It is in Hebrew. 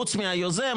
חוץ מהיוזם,